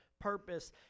purpose